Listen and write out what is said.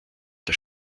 der